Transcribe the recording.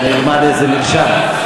אולי נלמד איזה מרשם.